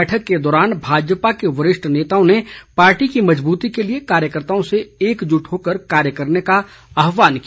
बैठक के दौरान भाजपा के वरिष्ठ नेताओं ने पार्टी की मजबूती के लिए कार्यकर्ताओं से एकजुट होकर कार्य करने का आह्वान किया